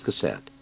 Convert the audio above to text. cassette